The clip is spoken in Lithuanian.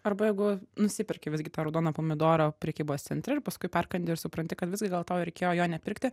arba jeigu nusiperki visgi tą raudoną pomidorą prekybos centre ir paskui perkandi ir supranti kad visgi gal tau reikėjo jo nepirkti